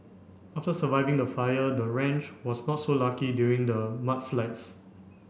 after surviving the fire the ranch was not so lucky during the mudslides